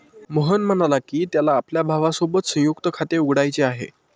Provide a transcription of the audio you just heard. मोहन म्हणाला की, त्याला आपल्या भावासोबत संयुक्त खाते उघडायचे आहे